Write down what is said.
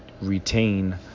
retain